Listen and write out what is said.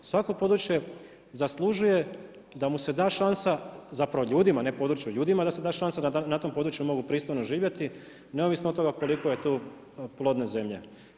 Svako područje zaslužuje da mu se da šansa zapravo ljudima, ne području ljudima, da se da šansa da na tom području pristojno živjeti, neovisno o toga koliko je tu plodne zemlje.